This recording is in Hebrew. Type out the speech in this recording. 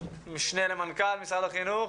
משנה למנכ"ל משרד החינוך,